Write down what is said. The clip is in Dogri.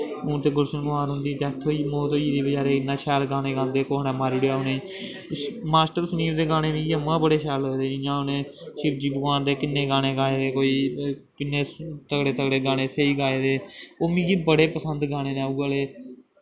हून ते गुल्शन कुमार हुंदी डैथ होई गेदी मौत होई गेदी बचैरे दी इन्ना शैल गाने गांदे कुसै ने मारी ओड़ेआ उ'नेंगी मास्टर सलीम दे गाने मीं उ'यां गै बड़े शैल लगदे जियां उ'नें शिवजी भगवान दे किन्ने गाने गाए दे कोई किन्ने तगड़े तगड़े गाने स्हेई गाए दे ओह् मिगी बड़े पसंद गाने न उ'ऐ लेह्